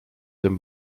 tym